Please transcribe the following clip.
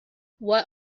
what